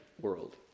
world